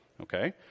Okay